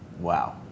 Wow